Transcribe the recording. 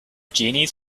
genies